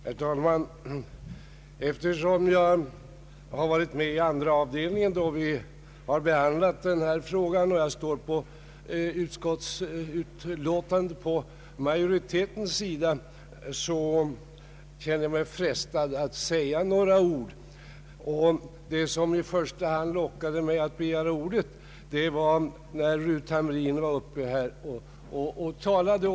Herr talman! Eftersom jag deltog i andra avdelningens behandling av denna fråga och i utskottsutlåtandet står på majoritetens sida, känner jag mig frestad att säga några ord. Det var i första hand fru Hamrin Thorells anförande som lockade mig att begära ordet.